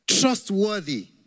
trustworthy